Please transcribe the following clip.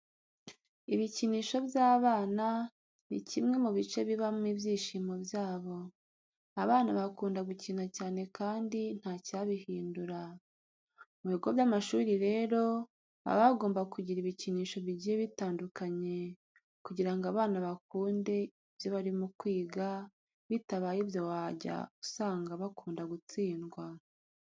Ibikinisho by'abana ni kimwe mu bice bibamo ibyishimo byabo. Abana bakunda gukina cyane kandi ntacyabihundura. Mu bigo by'amashuri rero baba bagomba kugira ibikinisho bigiye bitandukanye kugira ngo abana bakunde ibyo barimo kwiga, bitabaye ibyo wajya usanga bakunda gutsindwa.